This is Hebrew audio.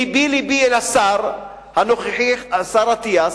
לבי לבי לשר הנוכחי, השר אטיאס,